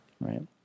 right